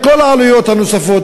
עם כל העלויות הנוספות.